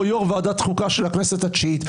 יושב-ראש ועדת החוקה של הכנסת התשיעית.